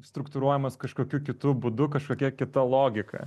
struktūruojamas kažkokiu kitu būdu kažkokia kita logika